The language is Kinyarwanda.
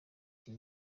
iki